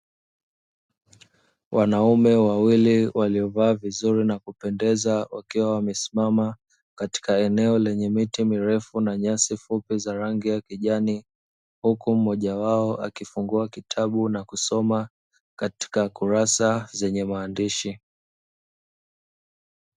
Wanaume wawili waliovaa vizuri na kupendeza, wakiwa wamesimama katika eneo lenye miti mirefu na nyasi fupi za rangi ya kijani, huku mmoja wao akifungua kitabu na kusoma katika kurasa zenye maandishi.